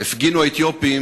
בדיוק הפגינו האתיופים,